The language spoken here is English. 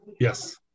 Yes